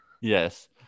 Yes